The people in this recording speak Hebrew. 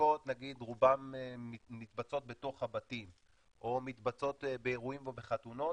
שההדבקות נגיד רובן מתבצעות בתוך הבתים או מתבצעות באירועים או בחתונות,